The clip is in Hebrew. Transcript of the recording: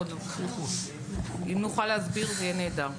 מהוד השרון, אבל